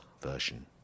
version